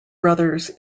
brothers